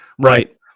Right